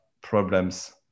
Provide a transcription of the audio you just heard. problems